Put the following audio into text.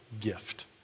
gift